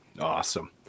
Awesome